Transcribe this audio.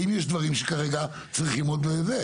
האם יש דברים שכרגע צריכים עוד ---?